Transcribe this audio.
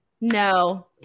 No